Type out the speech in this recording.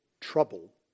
trouble